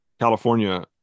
california